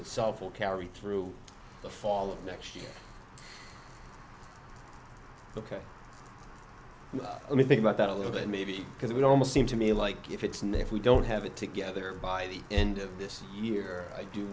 itself will carry through the fall of next year ok let me think about that a little bit maybe because we almost seem to me like if it's now if we don't have it together by the end of this year i do